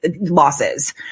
losses